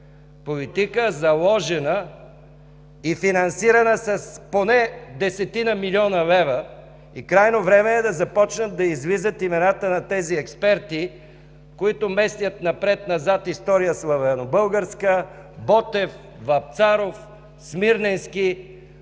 политика, заложена и финансирана с поне десетина милиона лева, и крайно време е да започнат да излизат имената на тези експерти, които местят напред-назад „История славянобългарска”, Ботев, Вапцаров, Смирненски, които